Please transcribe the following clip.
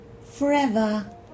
forever